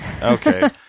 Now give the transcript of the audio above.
okay